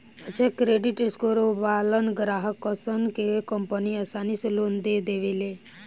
अच्छा credit score वालन ग्राहकसन के कंपनि आसानी से लोन दे देवेले